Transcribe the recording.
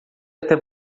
até